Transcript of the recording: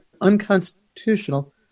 unconstitutional